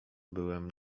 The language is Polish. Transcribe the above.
byłem